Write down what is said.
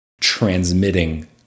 transmitting